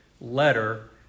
letter